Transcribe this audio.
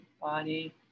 body